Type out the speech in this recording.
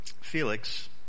Felix